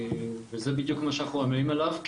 וזה בדיוק מה שאנחנו עמלים עליו,